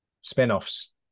spin-offs